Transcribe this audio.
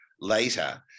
later